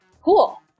cool